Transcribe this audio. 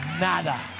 Nada